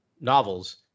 novels